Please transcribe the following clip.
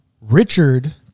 Richard